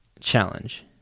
challenge